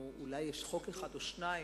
או אולי יש חוק אחד או שניים,